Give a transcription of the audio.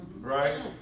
right